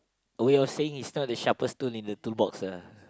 oh what you were saying it's not the sharpest tool in the toolbox ah